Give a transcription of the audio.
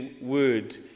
word